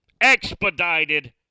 expedited